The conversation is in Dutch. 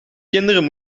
kinderen